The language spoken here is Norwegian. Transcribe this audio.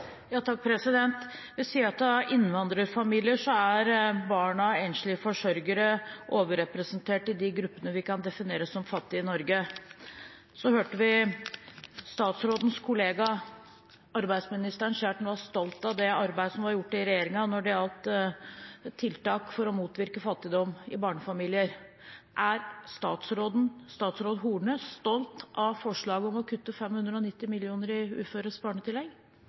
Ved siden av innvandrerfamilier er barn av enslige forsørgere overrepresentert i de gruppene vi kan definere som fattige i Norge. Så hørte vi statsrådens kollega arbeidsministeren si at han er stolt av det arbeidet som er gjort i regjeringen når det gjelder tiltak for å motvirke fattigdom i barnefamilier. Er statsråd Horne stolt av forslaget om å kutte 590 mill. kr i uføres barnetillegg?